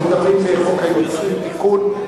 אנחנו מדברים בחוק זכות יוצרים (תיקון,